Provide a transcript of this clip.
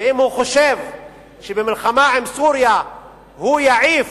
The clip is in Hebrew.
ואם הוא חושב שבמלחמה עם סוריה הוא יעיף,